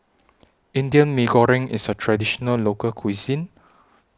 Indian Mee Goreng IS A Traditional Local Cuisine